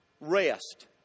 Rest